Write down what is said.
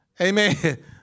Amen